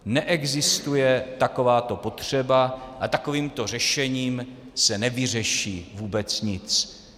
Neexistuje takováto potřeba a takovýmto řešením se nevyřeší vůbec nic.